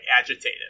agitated